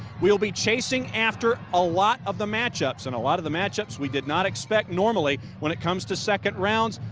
we'll be chasing after a lot of the matchups and a lot of the matchups we did not expect normally when it comes to second rounds,